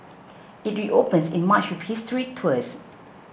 it reopens in March with history tours